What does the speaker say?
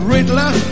Riddler